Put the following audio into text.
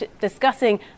discussing